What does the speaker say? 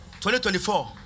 2024